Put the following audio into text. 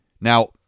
Now